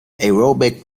aerobic